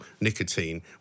nicotine